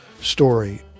story